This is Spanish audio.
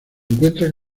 encuentra